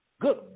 Good